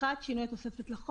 שינוי התוספת1.